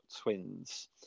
twins